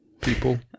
people